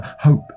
hope